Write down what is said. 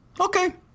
okay